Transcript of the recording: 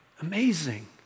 Amazing